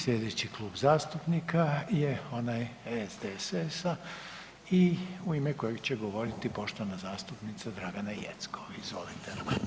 Slijedeći klub zastupnika je onaj SDSS-a i u ime kojeg će govoriti poštovana zastupnica Dragana Jeckov, izvolite.